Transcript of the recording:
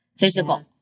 physical